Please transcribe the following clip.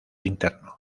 interno